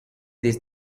this